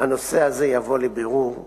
הנושא הזה יבוא לבירור.